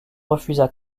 refusa